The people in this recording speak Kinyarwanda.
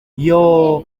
yooo